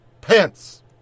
Pence